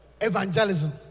evangelism